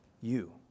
you